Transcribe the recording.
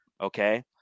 Okay